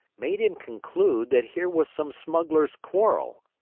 made him conclude that here was some smuggler's quarrel.